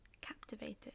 captivated